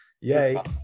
Yay